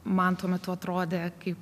man tuo metu atrodė kaip